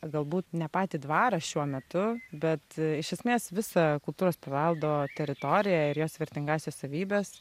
galbūt ne patį dvarą šiuo metu bet iš esmės visą kultūros paveldo teritoriją ir jos vertingąsias savybes